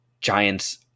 Giants